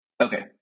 okay